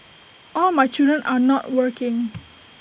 all my children are not working